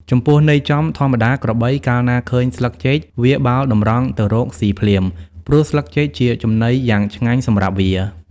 ចំពោះន័យចំ ធម្មតា ក្របី កាលណាឃើញស្លឹកចេក វាបោលតម្រង់ទៅរកស៊ីភ្លាម ព្រោះស្លឹកចេកជាចំណីយ៉ាងឆ្ងាញ់សម្រាប់វា ។